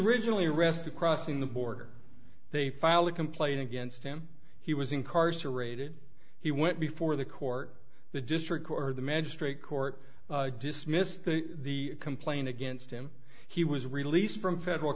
originally arrested crossing the border they filed a complaint against him he was incarcerated he went before the court the district court the magistrate court dismissed the complaint against him he was released from federal